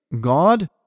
God